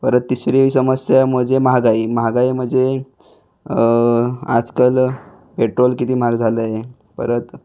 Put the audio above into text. परत तिसरी समस्या मजे महागाई महागाई मजे आजकाल पेट्रोल किती महाग झालं आहे परत